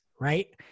right